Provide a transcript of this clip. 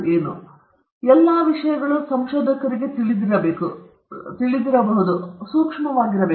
ಆದ್ದರಿಂದ ಈ ಎಲ್ಲಾ ವಿಷಯಗಳು ಸಂಶೋಧಕರಿಗೆ ತಿಳಿದಿರಬಹುದು ಮತ್ತು ಸೂಕ್ಷ್ಮವಾಗಿರಬೇಕು